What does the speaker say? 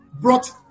brought